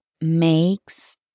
makes